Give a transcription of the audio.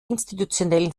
institutionellen